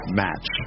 match